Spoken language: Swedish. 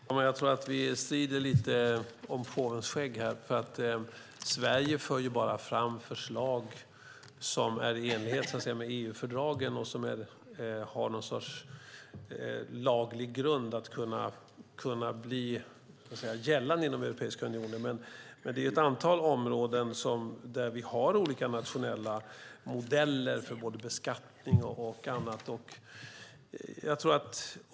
Fru talman! Jag tror att vi strider lite om påvens skägg här, för Sverige för ju bara fram förslag som är i enlighet med EU-fördragen och som har någon sorts laglig grund att kunna bli gällande i Europeiska unionen. Men det finns ett antal områden där vi har olika nationella modeller för både beskattning och annat.